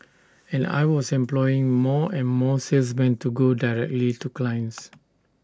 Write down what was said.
and I was employing more and more salesmen to go directly to clients